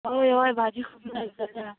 हय हय भाजी खूब म्हारग जाल्या